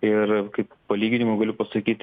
ir kaip palyginimu galiu pasakyt